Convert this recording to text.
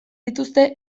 dituzte